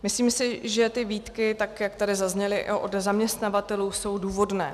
Myslím si, že ty výtky, tak jak tady zazněly od zaměstnavatelů, jsou důvodné.